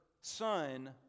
son